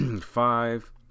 five